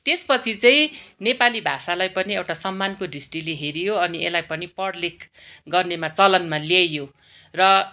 त्यसपछि चाहिँ नेपाली भाषालाई पनि एउटा सम्मानको दृष्टिले हेरियो अनि यसलाई पनि पढ लेख गर्नेमा चलनमा ल्याइयो र